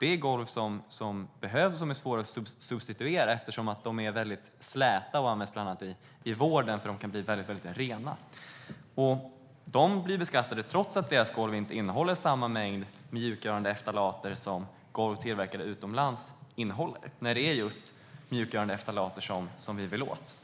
Det är golv som behövs och som är svåra att substituera eftersom de är väldigt släta. De används bland annat inom vården eftersom de kan bli väldigt rena. Tarkett blir beskattade trots att deras golv inte innehåller samma mängd mjukgörande ftalater som golv som är tillverkade utomlands. Och det är just mjukgörande ftalater som vi vill komma åt.